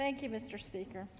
thank you mr speaker